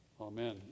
Amen